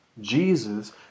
Jesus